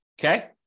Okay